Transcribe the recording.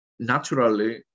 naturally